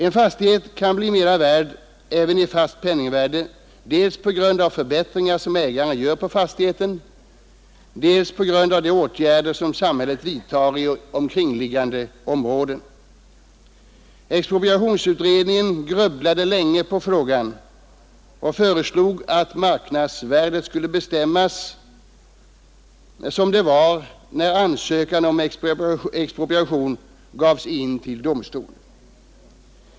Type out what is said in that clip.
En fastighet kan bli mera värd även i fast penningvärde dels på grund av förbättringar som ägaren gör på fastigheten, dels på grund av de åtgärder som samhället vidtager i omkringliggande områden. Expropriationsutredningen grubblade länge på frågan och föreslog att marknadsvärdet skulle bestämmas till den nivå det hade när ansökan om expropriation gavs in till domstol.